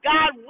God